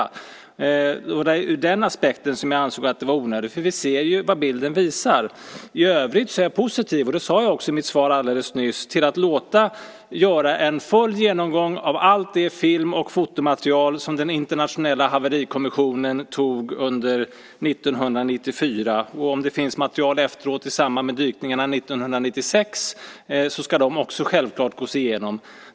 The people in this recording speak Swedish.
Det var ur den aspekten jag ansåg det vara onödigt, för vi ser ju vad bilden visar. I övrigt är jag positiv, vilket jag också sade alldeles nyss, till att låta göra en full genomgång av allt det film och fotomaterial som den internationella haverikommissionen tog fram 1994. Om det finns material som tagits fram efteråt, i samband med dykningarna 1996, ska det självklart också gås igenom.